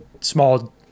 small